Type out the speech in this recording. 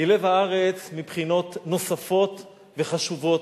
היא לב הארץ מבחינות נוספות וחשובות.